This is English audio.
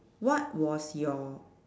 what was your